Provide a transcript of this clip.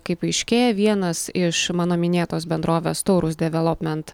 kaip aiškėja vienas iš mano minėtos bendrovės taurus development